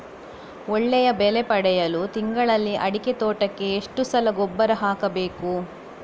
ಒಳ್ಳೆಯ ಬೆಲೆ ಪಡೆಯಲು ತಿಂಗಳಲ್ಲಿ ಅಡಿಕೆ ತೋಟಕ್ಕೆ ಎಷ್ಟು ಸಲ ಗೊಬ್ಬರ ಹಾಕಬೇಕು?